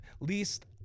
least